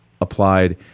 applied